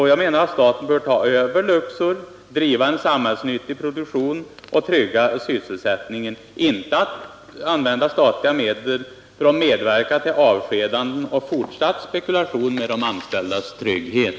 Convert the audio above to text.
Jag menar att staten bör ta över Luxor, driva en samhällsnyttig produktion och trygga sysselsättningen — och inte använda statliga medel för att medverka till avskedanden och fortsatt spekulation med de anställdas trygghet.